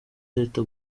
leta